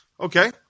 Okay